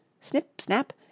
snip-snap